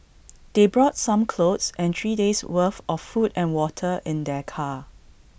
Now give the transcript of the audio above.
they brought some clothes and three days' worth of food and water in their car